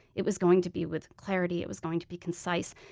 it was going to be with clarity, it was going to be concise,